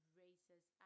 races